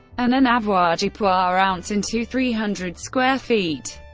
and an avoirdupois ounce into three hundred square feet.